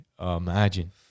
Imagine